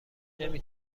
نمی